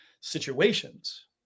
situations